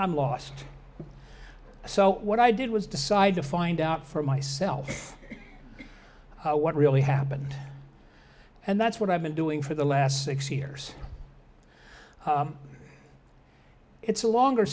i'm lost so what i did was decide to find out for myself what really happened and that's what i've been doing for the last six years it's a longer